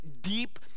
deep